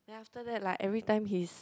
then after that like every time his